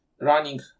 running